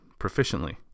proficiently